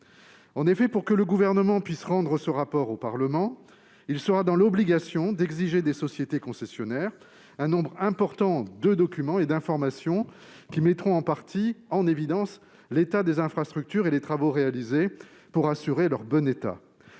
En effet, pour que le Gouvernement puisse rendre ce rapport au Parlement, il sera dans l'obligation d'exiger des sociétés concessionnaires un nombre important de documents et d'informations qui mettront en partie en évidence l'état des infrastructures et les travaux réalisés pour assurer leur bon état.